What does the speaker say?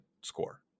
score